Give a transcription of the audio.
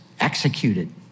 executed